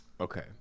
Okay